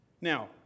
Now